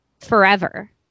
forever